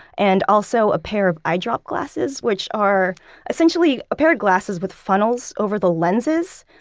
and also a pair of eye drop glasses which are essentially a pair of glasses with funnels over the lenses.